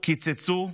קיצצו,